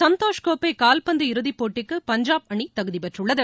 சந்தோஷ் கோப்பை கால்பந்து இறுதிப் போட்டிக்கு பஞ்சாப் அணி தகுதி பெற்றுள்ளது